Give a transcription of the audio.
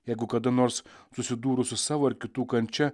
jeigu kada nors susidūrus su savo ar kitų kančia